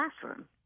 classroom